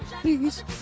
Please